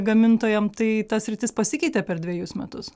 gamintojam tai ta sritis pasikeitė per dvejus metus